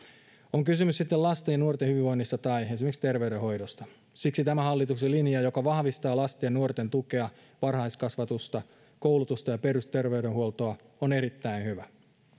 on kysymys sitten lasten ja nuorten hyvinvoinnista tai esimerkiksi terveydenhoidosta siksi tämä hallituksen linja joka vahvistaa lasten ja nuorten tukea varhaiskasvatusta koulutusta ja perusterveydenhuoltoa on erittäin hyvä